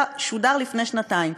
שודר לפני שנתיים.